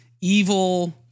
evil